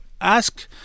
ask